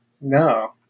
No